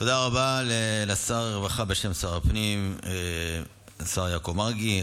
תודה רבה לשר הרווחה בשם שר הפנים, השר יעקב מרגי.